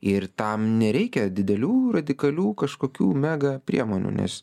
ir tam nereikia didelių radikalių kažkokių mega priemonių nes